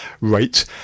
rate